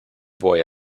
boy